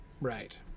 Right